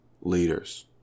Leaders